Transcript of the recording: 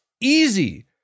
easy